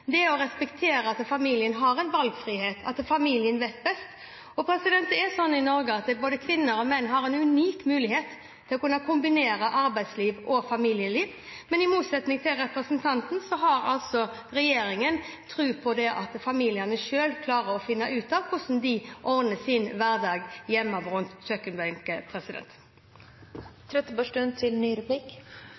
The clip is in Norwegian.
det å respektere at familien har en valgfrihet, at familien vet best. Det er slik i Norge at både kvinner og menn har en unik mulighet til å kombinere arbeidsliv og familieliv, men i motsetning til representanten Trettebergstuen har altså regjeringen tro på at familiene selv, hjemme rundt kjøkkenbenken, klarer å finne ut av hvordan de ordner sin hverdag.